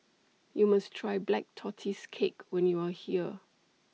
YOU must Try Black Tortoise Cake when YOU Are here